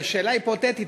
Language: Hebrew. שאלה היפותטית,